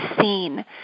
seen